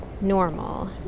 normal